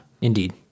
Indeed